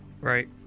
Right